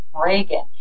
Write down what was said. Reagan